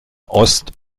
ost